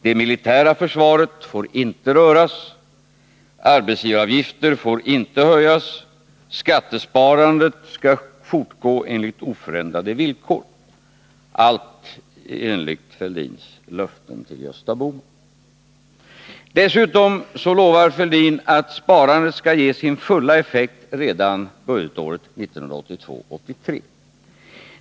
Det militära försvaret får inte röras, arbetsgivaravgifter får inte höjas, skattesparandet skall fortgå på oförändrade villkor — allt enligt Fälldins löfte till Gösta Bohman. Dessutom lovar Fälldin att sparandet skall ge sin fulla effekt redan budgetåret 1982/83.